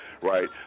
right